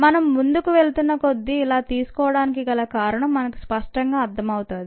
మనం ముందుకు వెళ్తున్న కొద్దీ ఇలా తీసుకోడానికి గల కారణం మనకు స్పష్టంగా అర్థమవుతుంది